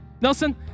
Nelson